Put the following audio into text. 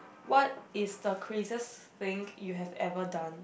what is the craziest thing you have ever done